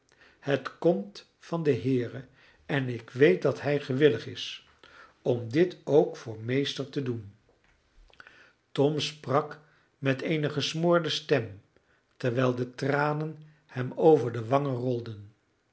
het komt van den heere en ik weet dat hij gewillig is om dit ook voor meester te doen tom sprak met eene gesmoorde stem terwijl de tranen hem over de wangen rolden